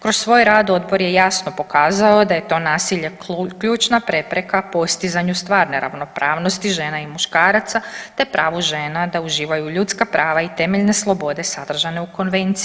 Kroz svoj rad odbor je jasno pokazao da je to nasilje ključna prepreka postizanju stvarne ravnopravnosti žena i muškaraca, te pravu žena da uživaju ljudska prava i temeljne slobode sadržane u konvenciji.